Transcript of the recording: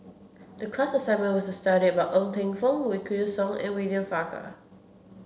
the class assignment was to study about Ng Teng Fong Wykidd Song and William Farquhar